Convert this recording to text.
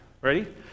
Ready